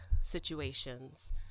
situations